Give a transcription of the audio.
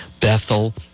Bethel